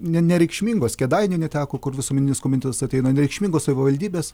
ne nereikšmingos kėdainių neteko kur visuomeninis komitetas ateina nereikšmingos savivaldybės